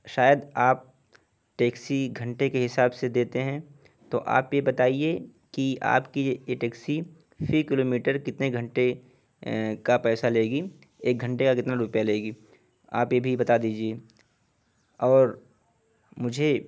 شاید آپ ٹیکسی گھنٹے کے حساب سے دیتے ہیں تو آپ یہ بتائیے کہ آپ کی یہ ٹیکسی فی کلو میٹر کتنے گھنٹے کا پیسہ لے گی ایک گھنٹے کا کتنا روپیہ لے گی آپ یہ بھی بتا دیجیے اور مجھے